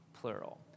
plural